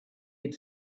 had